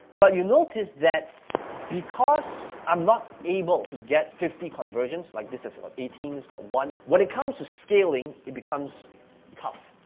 but you notice that because i'm not able to get fifty conversions, like this is what? eighteen, this has got one. when it comes to scaling, it becomes tough,